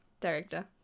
director